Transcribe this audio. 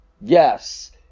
yes